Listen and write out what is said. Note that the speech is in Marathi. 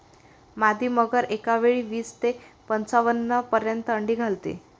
मादी मगर एकावेळी वीस ते पंच्याण्णव पर्यंत अंडी घालते